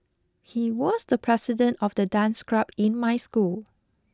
he was the president of the dance club in my school